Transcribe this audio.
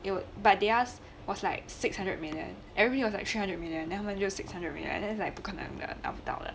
would but theirs was like six hundred million eh we bid three hundred million then 他们 use six hundred million that like 不可能的拿不到的